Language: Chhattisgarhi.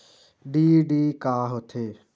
डी.डी का होथे?